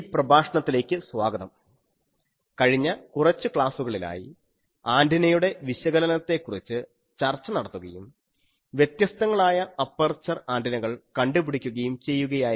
ഈ പ്രഭാഷണത്തിലേക്ക് സ്വാഗതം കഴിഞ്ഞ കുറച്ച് ക്ലാസുകളിലായി ആൻറിനയുടെ വിശകലനത്തെ കുറിച്ച് ചർച്ച നടത്തുകയും വ്യത്യസ്തങ്ങളായ അപ്പർച്ചർ ആന്റിനകൾ കണ്ടുപിടിക്കുകയും ചെയ്യുകയായിരുന്നു